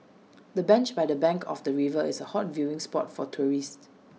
the bench by the bank of the river is A hot viewing spot for tourists